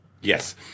Yes